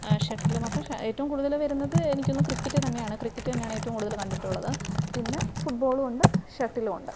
ഷട്ടിലും അപ്പം ഏറ്റവും കൂടുതൽ വരുന്നത് എനിക്ക് തോന്നുന്നു ക്രിക്കറ്റ് തന്നെയാണ് ക്രിക്കറ്റ് തന്നെയാണ് ഏറ്റവും കൂടുതൽ കണ്ടിട്ടുള്ളത് പിന്നെ ഫുട്ബോളും ഉണ്ട് ഷട്ടിലും ഉണ്ട്